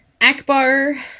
Akbar